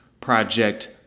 project